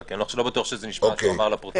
כי אני לא בטוח שזה משפט שהוא אמר לפרוטוקול.